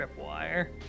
tripwire